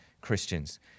Christians